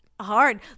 hard